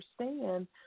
understand